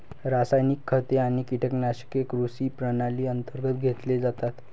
रासायनिक खते आणि कीटकनाशके कृषी प्रणाली अंतर्गत घेतले जातात